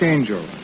Angel